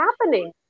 happening